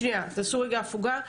שנייה, תעשו רגע הפוגה.